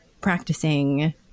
practicing